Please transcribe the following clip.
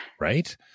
right